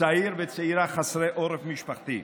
צעיר וצעירה חסרי עורף משפחתי.